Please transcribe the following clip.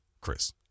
Chris